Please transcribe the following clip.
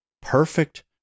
perfect